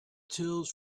tills